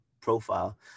profile